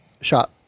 shot